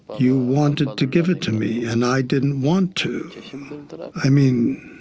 you wanted to give it to me, and i didn't want to. i mean,